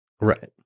Right